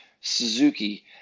suzuki